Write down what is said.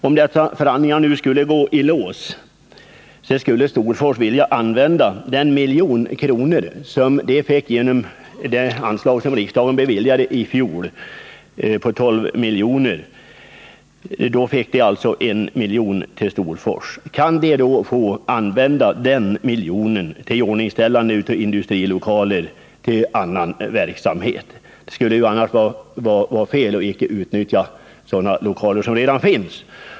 Om förhandlingarna går i lås skulle Storfors vilja använda den miljon kronor, som Storfors fick från det anslag på 12 miljoner som riksdagen beviljade i fjol. Kan Storfors då använda den miljonen till iordningställande av industrilokaler för annan verksamhet i de lokaler som redan finns? Det skulle ju vara fel att icke utnyttja sådana lokaler som redan finns.